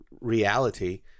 reality